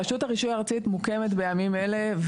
רשות הרישוי הארצית מוקמת בימים אלה,